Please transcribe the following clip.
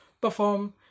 perform